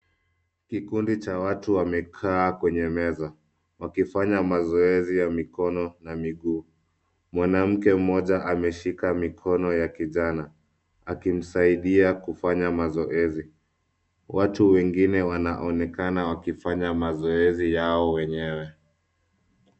Kikundi cha watu wamekaa kwenye meza. Wakifanya mazoezi ya mikono na miguu. Mwanamke mmoja ameshika mikono ya kijana. Akimsaidia kufanya mazoezi. Watu wengine wanaonekana wakifanya mazoezi yao wenyewe.